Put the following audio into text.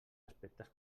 aspectes